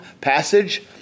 passage